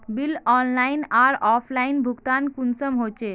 Bill online आर offline भुगतान कुंसम होचे?